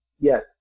yes